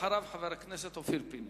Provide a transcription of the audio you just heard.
אחריו, חבר הכנסת אופיר פינס.